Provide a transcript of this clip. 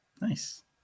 Nice